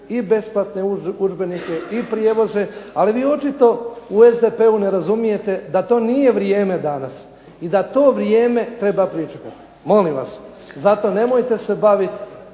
i besplatne udžbenike i prijevoze, ali vi očito u SDP-u ne razumijete da to nije vrijeme danas i da to vrijeme treba pričekati. Molim vas, zato nemojte se baviti